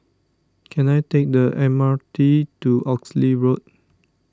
can I take the M R T to Oxley Road